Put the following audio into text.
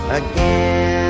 again